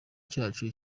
cyacu